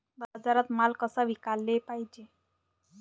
बाजारात माल कसा विकाले पायजे?